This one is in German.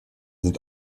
sind